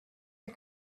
are